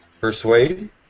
Persuade